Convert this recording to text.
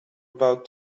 about